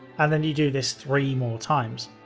and then you do this three more times.